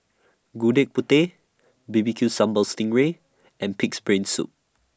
Gudeg Putih B B Q Sambal Sting Ray and Pig'S Brain Soup